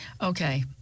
Okay